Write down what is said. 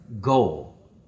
goal